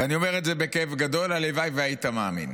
ואני אומר את זה בכאב גדול, הלוואי שהיית מאמין.